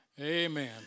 Amen